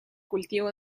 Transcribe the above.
cultivo